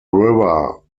river